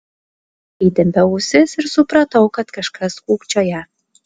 įtempiau ausis ir supratau kad kažkas kūkčioja